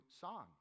song